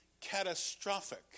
catastrophic